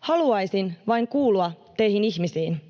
”Haluaisin vain kuulua teihin ihmisiin.”